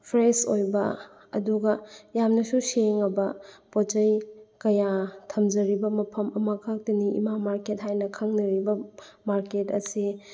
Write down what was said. fresh ꯑꯣꯏꯕ ꯑꯗꯨꯒ ꯌꯥꯝꯅꯁꯨ ꯁꯦꯡꯉꯕ ꯄꯣꯠ ꯆꯩ ꯀꯌꯥ ꯊꯝꯖꯔꯤꯕ ꯃꯐꯝ ꯑꯃꯈꯛꯇꯅꯤ ꯏꯃꯥ ꯃꯥꯔꯀꯦꯠ ꯍꯥꯏꯅ ꯈꯪꯅꯔꯤꯕ ꯃꯥꯔꯀꯦꯠ ꯑꯁꯤ